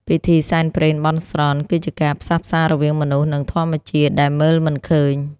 ពិធីសែនព្រេនបន់ស្រន់ គឺជាការផ្សះផ្សារវាងមនុស្ស និងធម្មជាតិដែលមើលមិនឃើញ។